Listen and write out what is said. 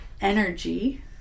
energy